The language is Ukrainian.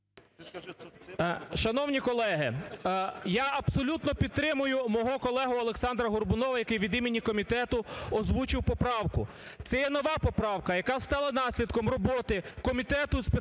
Шановні колеги, я абсолютно підтримую мого колегу Олександра Горбунова, який від імені комітету озвучив поправку. Це є нова поправка, яка стала наслідком роботи Комітету з